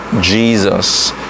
Jesus